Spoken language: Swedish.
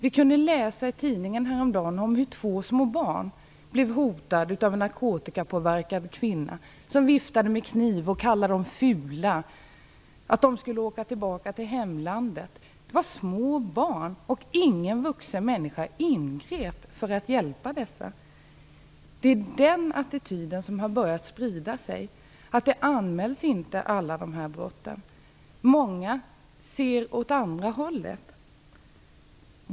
Vi kunde häromdagen läsa i tidningen om hur två små barn blev hotade av en narkotikapåverkad kvinna som viftade med kniv, kallade dem fula och sade att de skulle åka tillbaka till hemlandet. Det var små barn, och ingen vuxen människa ingrep för att hjälpa dem. Det är den attityden som har börjat sprida sig. Alla dessa brott anmäls inte. Många ser åt andra hållet.